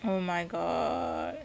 oh my god